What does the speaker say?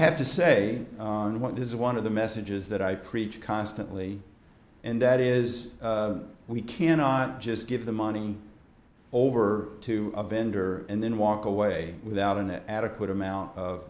have to say on what this is one of the messages that i preach constantly and that is we cannot just give the money over to a vendor and then walk away without an adequate amount of